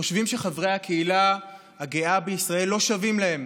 חושבים שחברי הקהילה הגאה בישראל לא שווים להם,